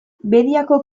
bediako